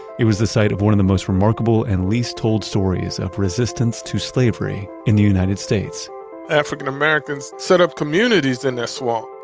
it was the sight of one of the most remarkable and least told stories of resistance to slavery in the united states african-americans set up communities in that swamp.